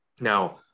Now